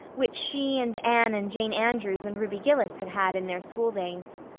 which she and anne and jane andrews and ruby gillis had had in their schooldays.